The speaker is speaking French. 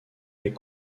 est